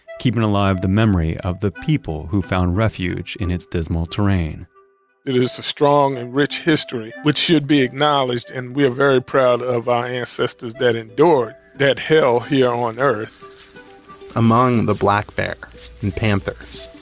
keeping alive the memory of the people who found refuge in its dismal terrain it is a strong and rich history, which should be acknowledged, and we are very proud of our ancestors that endured that hell here on earth among the black bear and panthers,